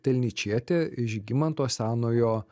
telnyčietė žygimanto senojo